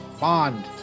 Bond